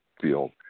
field